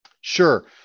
Sure